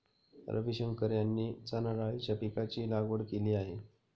रविशंकर यांनी चणाडाळीच्या पीकाची लागवड केली आहे